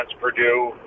Purdue